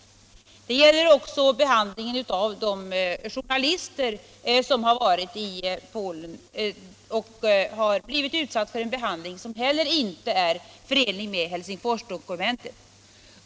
Det gäller också behandlingen av de journalister som har varit i Polen och då blivit utsatta för en behandling som heller inte var förenlig med Helsingforsdokumentet.